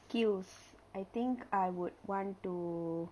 skills I think I would want to